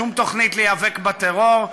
שום תוכנית להיאבק בטרור,